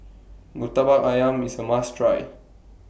Murtabak Ayam IS A must Try